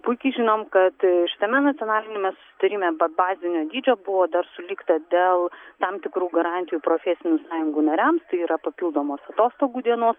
puikiai žinom kad šitame nacionaliniame susitarime be bazinio dydžio buvo dar sulygta dėl tam tikrų garantijų profesinių sąjungų nariams tai yra papildomos atostogų dienos